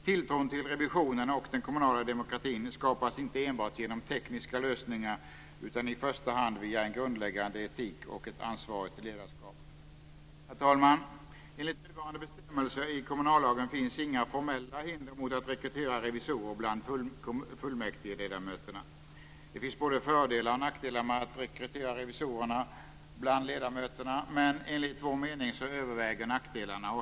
Tilltron till revisionen och den kommunala demokratin skapas inte enbart genom tekniska lösningar utan i första hand via en grundläggande etik och ett ansvarigt ledarskap. Herr talman! Enligt nuvarande bestämmelser i kommunallagen finns inga formella hinder mot att rekrytera revisorer bland fullmäktigeledamöterna. Det finns både fördelar och nackdelar med att rekrytera revisorer bland ledamöterna. Men enligt vår mening överväger nackdelarna.